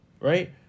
right